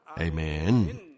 Amen